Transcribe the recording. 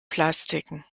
plastiken